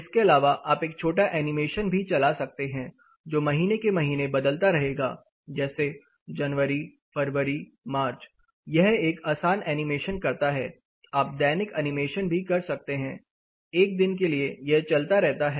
इसके अलावा आप एक छोटा एनिमेशन भी चला सकते हैं जो महीने के महीने बदलता रहेगा जैसे जनवरी फरवरी मार्च यह एक आसान एनिमेशन करता है आप दैनिक एनिमेशन भी कर सकते हैं 1 दिन के लिए यह चलता रहता है